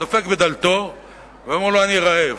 דופק בדלתו ואומר לו: אני רעב.